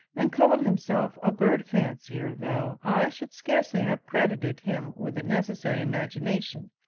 and called himself a bird-fancier, though i should scarcely have credited him with the necessary imagination.